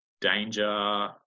Danger